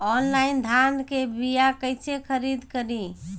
Online धान के बीया कइसे खरीद करी?